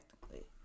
technically